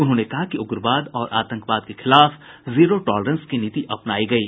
उन्होंने कहा कि उग्रवाद और आतंकवाद के खिलाफ जीरो टॉलरेंस की नीति अपनायी गयी